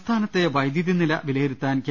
സംസ്ഥാനത്തെ വൈദ്യുതി നില വിലയിരുത്താൻ കെ